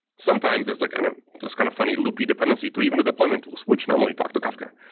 sometimes there's like just kind of funny loopy dependency to even the deployment tools, which normally talk to kafka.